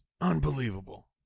unbelievable